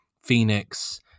phoenix